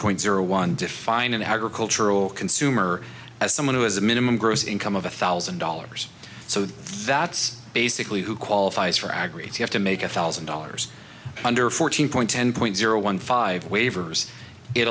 point zero one define an agricultural consumer as someone who has a minimum gross income of one thousand dollars so that's basically who qualifies for aggregates have to make a thousand dollars under fourteen point ten point zero one five waivers it